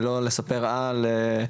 ולא לספר על,